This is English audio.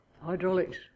hydraulics